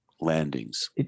landings